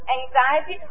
Anxiety